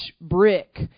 brick